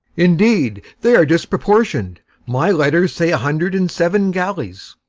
indeed, they are disproportion'd my letters say a hundred and seven galleys.